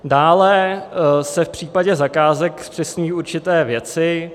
Dále se v případě zakázek zpřesňují určité věci.